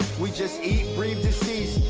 we just eat breathe deceased